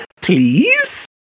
please